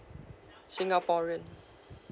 singaporean